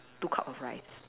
two cup of rice